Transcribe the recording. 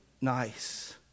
nice